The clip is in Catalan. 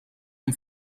amb